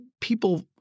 people